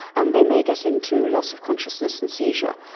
and they may get into loss of consciousness and seizure.